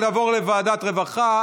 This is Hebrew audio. ועדת הרווחה.